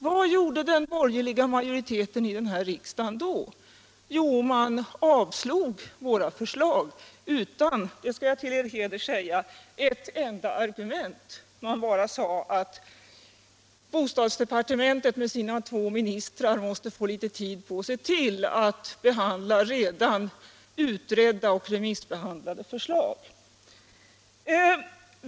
Vad gjorde den borgerliga majoriteten i riksdagen då? Jo, den avslog våra förslag utan — det skall jag till er heder erkänna — ett enda argument. Man sade bara att bostadsdepartementet med sina två ministrar måste få mer tid på sig att behandla redan utredda och remissbehandlade förslag.